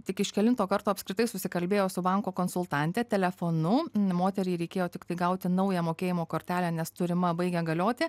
tik iš kelinto karto apskritai susikalbėjo su banko konsultante telefonu moteriai reikėjo tiktai gauti naują mokėjimo kortelę nes turima baigia galioti